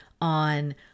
on